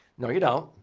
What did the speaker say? no, you don't.